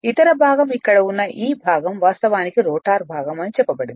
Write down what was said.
ఇతర భాగం ఇక్కడ ఉన్న ఈ భాగం వాస్తవానికి రోటర్ భాగం అని చెప్పబడింది